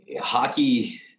Hockey